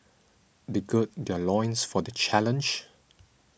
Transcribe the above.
they gird their loins for the challenge